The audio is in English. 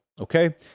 okay